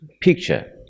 picture